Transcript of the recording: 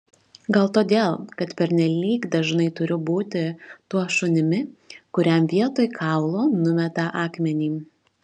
gal todėl kad pernelyg dažnai turiu būti tuo šunimi kuriam vietoj kaulo numeta akmenį